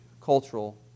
cultural